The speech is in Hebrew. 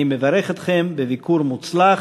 אני מברך אתכם בביקור מוצלח.